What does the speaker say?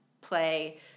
play